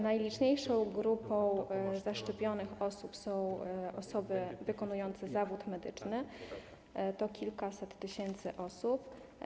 Najliczniejszą grupą zaszczepionych osób są osoby wykonujące zawód medyczny, to kilkaset tysięcy osób.